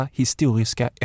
historiska